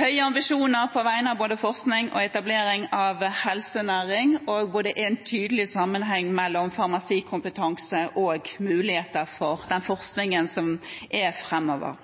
høye ambisjoner på vegne av både forskning og etablering av helsenæring, der det er en tydelig sammenheng mellom farmasikompetanse og muligheter for forskningen framover.